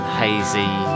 hazy